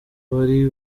wari